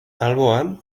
alboan